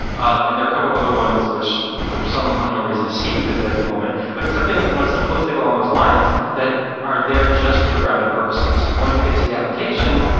and there are a couple other ones, which some unknown reason escaped me this vague moment, but something you know simplistic on those lines that are there just for the routing purposes. once it gets to the application,